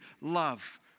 love